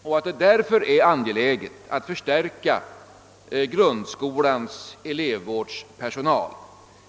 Dessa företeelser gör det angeläget att förstärka grundskolans elevvårdspersonal.